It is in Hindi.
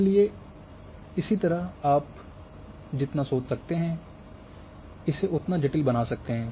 इसी तरह आप जितना सोच सकते हैं इसे उतना जटिल बना सकते हैं